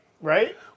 right